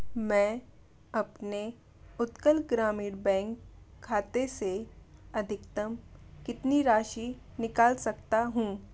मैं अपने उत्कल ग्रामीण बैंक खाते से अधिकतम कितनी राशि निकाल सकता हूँ